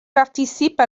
participe